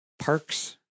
Parks